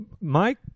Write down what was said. Mike